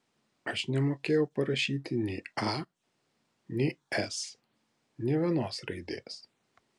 aš nemokėjau parašyti nei a nei s nė vienos raidės